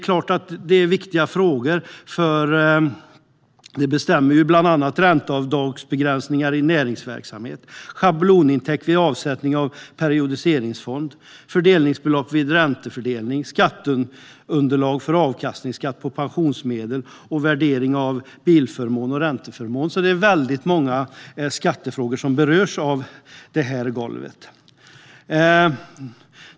Detta är viktiga frågor, för de avgör bland annat ränteavdragsbegränsningar i näringsverksamhet, schablonintäkt vid avsättning av periodiseringsfond, fördelningsbelopp vid räntefördelning, skatteunderlag för avkastningsskatt på pensionsmedel och värdering av bilförmån och ränteförmån. Det är alltså väldigt många skattefrågor som berörs av detta golv.